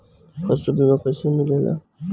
पशु बीमा कैसे मिलेला?